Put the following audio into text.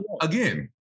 Again